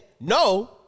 no